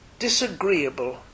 Disagreeable